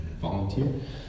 volunteer